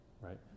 right